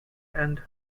and